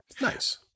Nice